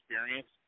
experience